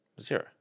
Zero